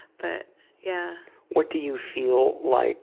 but yeah what do you feel like